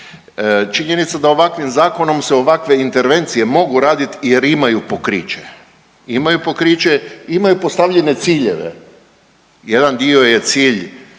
Činjenica da ovakvim zakonom se ovakve intervencije mogu raditi, jer imaju pokriće, imaju pokriće, imaju postavljene ciljeve. Jedan dio je cilj